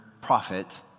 prophet